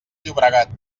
llobregat